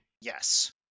Yes